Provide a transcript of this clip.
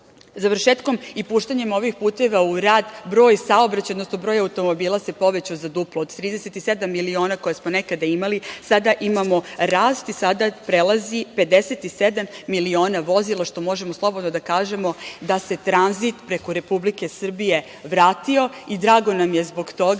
godina. Završetkom i puštanjem ovih puteva u rad, broj saobraćaja, odnosno broj automobila se povećao za duplo, od 37 miliona, koje smo nekada imali, sada imamo rast, i sada prelazi 57 miliona vozila, što možemo slobodno da kažemo da se tranzit preko Republike Srbije vratio i drago nam je zbog toga,